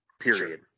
Period